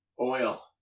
oil